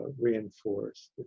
reinforced